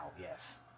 yes